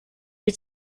wie